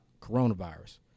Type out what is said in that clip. coronavirus